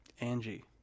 Angie